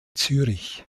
zürich